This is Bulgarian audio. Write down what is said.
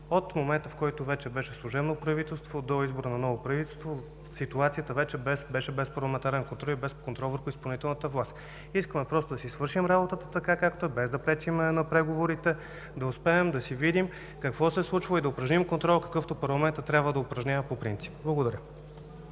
От момента, в който вече беше служебно правителство, до избора на ново правителство, ситуацията вече беше без парламентарен контрол и без контрол върху изпълнителната власт. Искаме просто да си свършим работата така, както е, без да пречим на преговорите, да успеем да видим какво се е случвало и да упражним контрола, какъвто парламента трябва да упражнява по принцип. Благодаря.